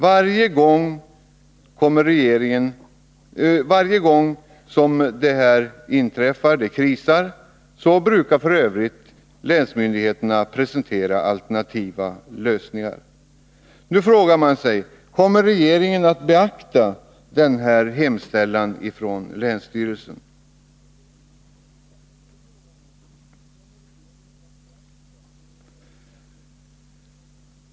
Varje gång en kris inträffar brukar länsmyndigheterna presentera alternativa lösningar. Nu frågar man sig: Kommer regeringen att beakta denna hemställan från länsstyrelsen?